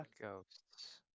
Ghosts